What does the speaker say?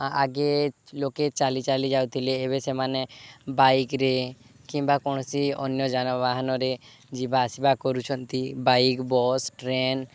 ଆଗେ ଲୋକେ ଚାଲି ଚାଲି ଯାଉଥିଲେ ଏବେ ସେମାନେ ବାଇକ୍ରେ କିମ୍ବା କୌଣସି ଅନ୍ୟ ଯାନବାହନରେ ଯିବା ଆସିବା କରୁଛନ୍ତି ବାଇକ ବସ୍ ଟ୍ରେନ